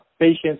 patients